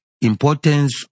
importance